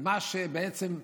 ומה שבעצם,